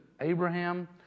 Abraham